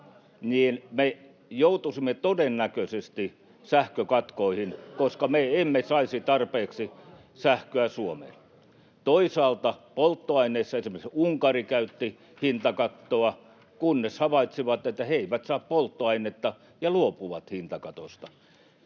me joutuisimme todennäköisesti sähkökatkoihin, koska me emme saisi tarpeeksi sähköä Suomeen. Toisaalta polttoaineissa esimerkiksi Unkari käytti hintakattoa, kunnes he havaitsivat, että he eivät saa polttoainetta, ja luopuivat hintakatosta.